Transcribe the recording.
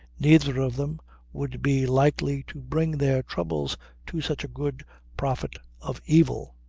neither of them would be likely to bring their troubles to such a good prophet of evil.